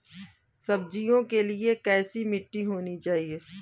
सब्जियों के लिए कैसी मिट्टी होनी चाहिए?